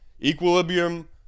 Equilibrium